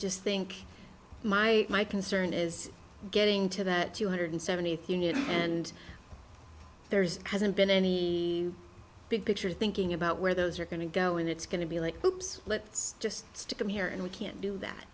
just think my my concern is getting to that two hundred seventy thing you know and there's hasn't been any big picture thinking about where those are going to go and it's going to be like hoops let's just stick them here and we can't do that